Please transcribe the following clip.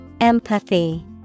Empathy